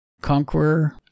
Conqueror